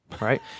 right